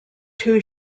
two